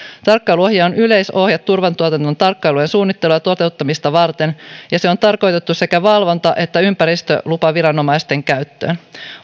tarkkailuohje on yleisohje turvetuotannon tarkkailua suunnittelua ja toteuttamista varten ja se on tarkoitettu sekä valvonta että ympäristölupaviranomaisten käyttöön